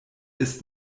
ist